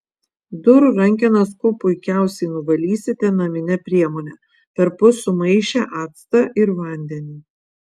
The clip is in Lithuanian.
durų rankenas kuo puikiausiai nuvalysite namine priemone perpus sumaišę actą ir vandenį